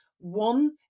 one